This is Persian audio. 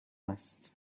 است